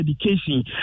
education